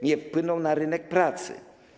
Nie wpłyną na rynek pracy.